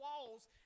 walls